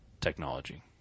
technology